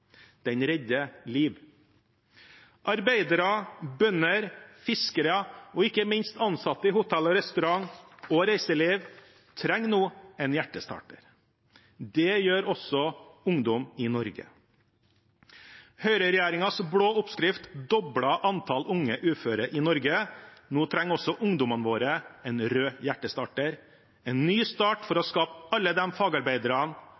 Den redder liv. Arbeidere, bønder, fiskere og ikke minst ansatte i hotell og restaurant og reiseliv trenger nå en hjertestarter. Det gjør også ungdom i Norge. Høyreregjeringens blå oppskrift doblet antallet unge uføre i Norge. Nå trenger også ungdommene våre en rød hjertestarter, en ny start for å skape alle de fagarbeiderne